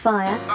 Fire